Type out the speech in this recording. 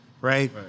Right